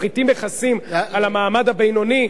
מפחיתים מכסים על המעמד הבינוני,